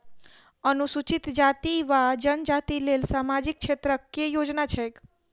अनुसूचित जाति वा जनजाति लेल सामाजिक क्षेत्रक केँ योजना छैक?